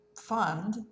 fund